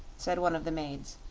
said one of the maids,